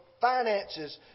finances